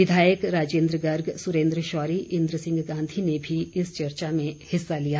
विधायक राजेंद्र गर्ग सुरेंद्र शौरी इंद्र सिंह गांधी ने भी इस चर्चा में हिस्सा लिया